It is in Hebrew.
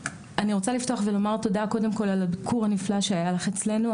אני רוצה לפתוח ולומר תודה קודם כל על הביקור הנפלא שהיה לך אצלנו.